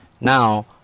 Now